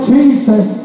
Jesus